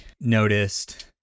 noticed